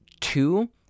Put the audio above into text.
two